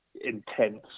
intense